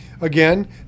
again